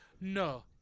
No